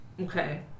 Okay